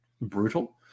brutal